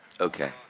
Okay